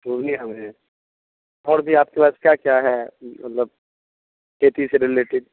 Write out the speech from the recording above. پورنیہ میں ہے اور بھی آپ کے پاس کیا کیا ہے مطلب کھیتی سے ریلیٹڈ